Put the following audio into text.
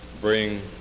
bring